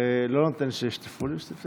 לא נותן שישטפו לי.